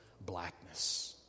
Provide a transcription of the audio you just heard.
blackness